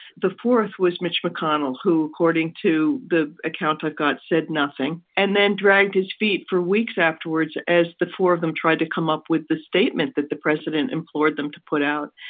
the fourth was mitch mcconnell, who, according to the account, ah got said nothing and then dragged his feet for weeks afterwards. as the four of them tried to come up with the statement that the president implored them to put out,